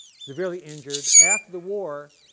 severely injured. after the war,